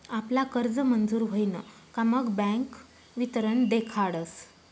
आपला कर्ज मंजूर व्हयन का मग बँक वितरण देखाडस